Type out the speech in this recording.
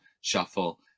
Shuffle